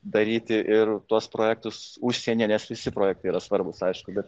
daryti ir tuos projektus užsienyje nes visi projektai yra svarbūs aišku bet